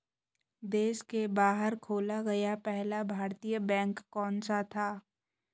देश के बाहर खोला गया पहला भारतीय बैंक कौन सा था?